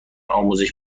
آموزش